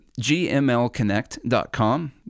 GMLConnect.com